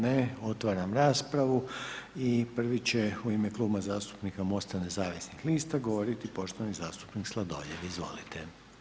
Ne, otvaram raspravu i prvi će u ime Kluba zastupnika MOST-a nezavisnih lista govoriti poštovani zastupnik Sladoljev, izvolite.